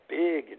big